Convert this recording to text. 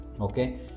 okay